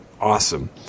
awesome